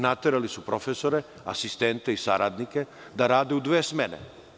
Naterali su profesore, asistente i saradnike da rade u dve smene.